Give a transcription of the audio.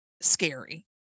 scary